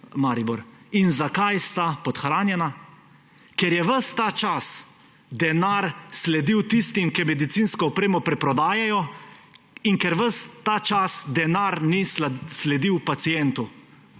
In zakaj sta podhranjena? Ker je ves ta čas denar sledil tistim, ki medicinsko opremo preprodajajo, in ker ves ta čas denar ni sledil pacientu;